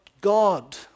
God